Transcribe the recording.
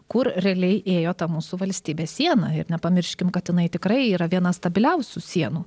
kur realiai ėjo ta mūsų valstybės siena ir nepamirškim kad jinai tikrai yra viena stabiliausių sienų